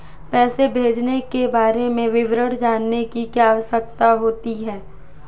पैसे भेजने के बारे में विवरण जानने की क्या आवश्यकता होती है?